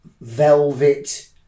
velvet